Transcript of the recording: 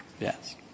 Yes